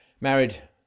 married